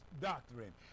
doctrine